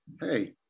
hey